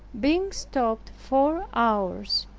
being stopped four hours,